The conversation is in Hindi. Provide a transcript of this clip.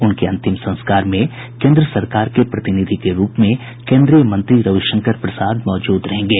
उनके अंतिम संस्कार में केन्द्र सरकार के प्रतिनिधि के रूप में केन्द्रीय मंत्री रविशंकर प्रसाद मौजूद रहेंगे